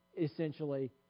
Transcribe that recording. essentially